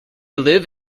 live